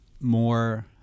more